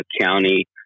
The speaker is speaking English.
County